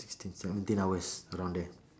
sixteen seventeen hours around there